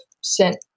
sent